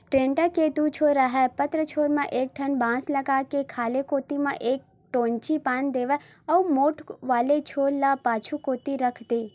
टेंड़ा के दू छोर राहय पातर छोर म एक ठन बांस लगा के खाल्हे कोती म एक डोल्ची बांध देवय अउ मोठ वाले छोर ल पाछू कोती रख देय